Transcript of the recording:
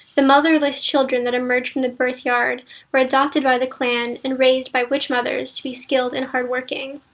the motherless children that emerged from the birthyard were adopted by the clan and raised by witchmothers to be skilled and hardworking.